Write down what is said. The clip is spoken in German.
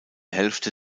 hälfte